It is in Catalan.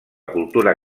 cultura